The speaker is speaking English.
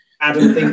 Adam